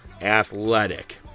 athletic